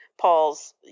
Paul's